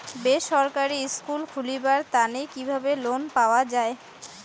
বেসরকারি স্কুল খুলিবার তানে কিভাবে লোন পাওয়া যায়?